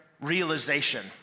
realization